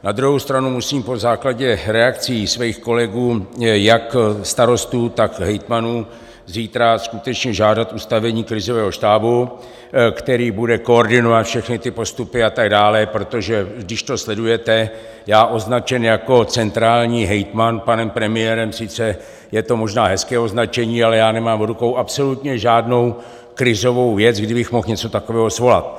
Na druhou stranu musím na základě reakcí svých kolegů, jak starostů, tak hejtmanů, zítra skutečně žádat ustavení krizového štábu, který bude koordinovat všechny ty postupy a tak dále, protože když to sledujete, já, označen jako centrální hejtman panem premiérem, sice je to možná hezké označení, ale já nemám v rukou absolutně žádnou krizovou věc, kdy bych mohl něco takového svolat.